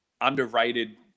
underrated